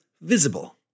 Visible